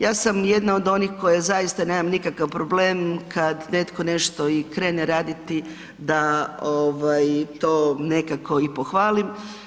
Ja sam jedna od onih koji zaista nemam nikakav problem kad netko nešto i krene raditi da to nekako i pohvalim.